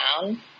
down